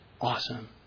awesome